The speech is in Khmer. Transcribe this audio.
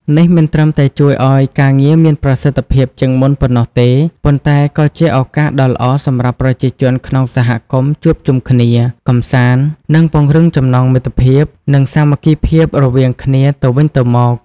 នេះមិនត្រឹមតែជួយឲ្យការងារមានប្រសិទ្ធភាពជាងមុនប៉ុណ្ណោះទេ ប៉ុន្តែក៏ជាឱកាសដ៏ល្អសម្រាប់ប្រជាជនក្នុងសហគមន៍ជួបជុំគ្នា កម្សាន្ត និងពង្រឹងចំណងមិត្តភាព និងសាមគ្គីភាពរវាងគ្នាទៅវិញទៅមក។